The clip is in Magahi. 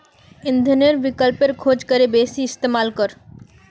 इंधनेर विकल्पेर खोज करे बेसी इस्तेमाल कर